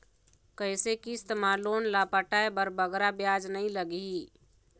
कइसे किस्त मा लोन ला पटाए बर बगरा ब्याज नहीं लगही?